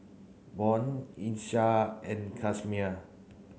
Bjorn Miesha and Casimer